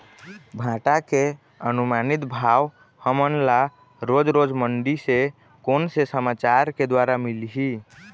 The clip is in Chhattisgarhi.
भांटा के अनुमानित भाव हमन ला रोज रोज मंडी से कोन से समाचार के द्वारा मिलही?